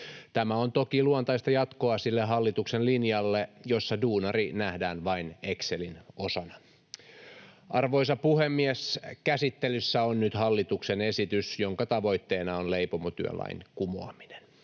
Tämä on toki luontaista jatkoa sille hallituksen linjalle, jossa duunari nähdään vain excelin osana. Arvoisa puhemies! Käsittelyssä on nyt hallituksen esitys, jonka tavoitteena on leipomotyölain kumoaminen.